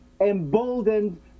emboldened